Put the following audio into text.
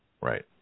Right